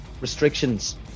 restrictions